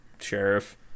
sheriff